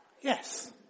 Yes